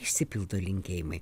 išsipildo linkėjimai